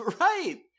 Right